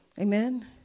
Amen